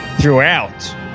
throughout